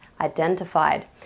identified